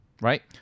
right